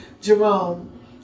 Jerome